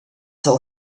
tell